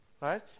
Right